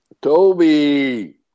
Toby